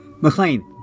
McLean